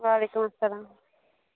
وعلیکُم اسلام